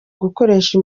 gukoresha